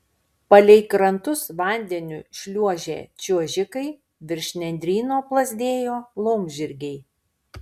palei krantus vandeniu šliuožė čiuožikai virš nendryno plazdėjo laumžirgiai